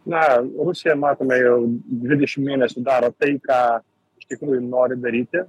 na rusija matome jau dvidešim mėnesių daro tai ką iš tikrųjų nori daryti